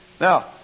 Now